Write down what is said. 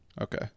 Okay